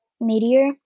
meteor